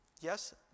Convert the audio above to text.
Yes